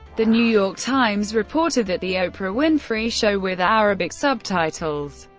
the new york times reported that the oprah winfrey show, with arabic subtitles,